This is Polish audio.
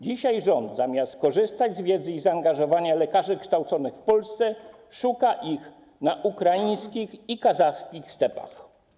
Dzisiaj rząd, zamiast korzystać z wiedzy i zaangażowania lekarzy kształconych w Polsce, szuka ich na ukraińskich i kazachskich stepach.